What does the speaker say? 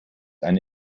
eine